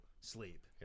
sleep